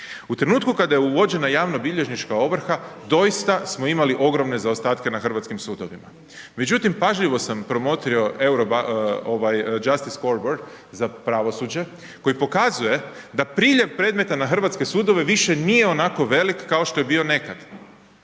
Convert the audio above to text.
U trenutku kad je uvođena javno-bilježnička ovrha, doista smo imali ogromne zaostatke na hrvatskim sudovima međutim pažljivo sam promotrio Justice .../Govornik se ne razumije./... za pravosuđe koji pokazuje da priljev predmeta na hrvatske sudove više nije onako velik kao što je bio nekad.